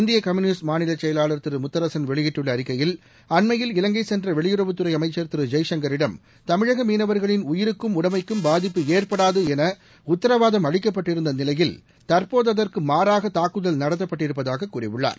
இந்திய கம்யூனிஸ்ட் மாநில செயலாளர் திரு முத்தரசன் வெளியிட்டுள்ள அறிக்கையில் அண்மையில் இலங்கை சென்ற வெளியுறவுத் துறை அமைச்சர் திரு ஜெயசங்கரிடம் தமிழக மீனவர்களின் உயிருக்கும் உடனமக்கும் பாதிப்பு ஏற்படாது என உத்தரவாதம் அளிக்கப்பட்டிருந்த நிலையில் தற்போது அதற்கு மாறாக தாக்குதல் நடத்தப்பட்டிருப்பதாக கூறியுள்ளார்